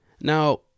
Now